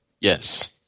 Yes